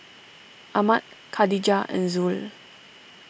Ahmad Katijah and Zul